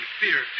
fear